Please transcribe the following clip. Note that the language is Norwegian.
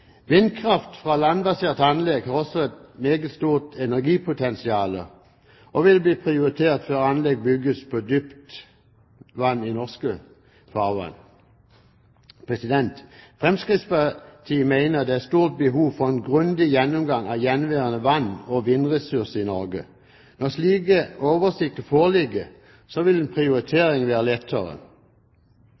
Vindkraft fra landbaserte anlegg har også et meget stort energipotensial og vil bli prioritert før anlegg bygges på dypt vann i norske farvann. Fremskrittspartiet mener det er et stort behov for en grundig gjennomgang av gjenværende vann- og vindressurser i Norge. Når slike oversikter foreligger, vil prioritering være lettere.